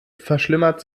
verschlimmert